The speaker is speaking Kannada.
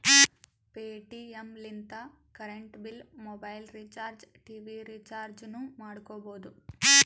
ಪೇಟಿಎಂ ಲಿಂತ current bill, mobile recharge, TV ರಿಚಾರ್ಜನೂ ಮಾಡ್ಕೋಬೋದು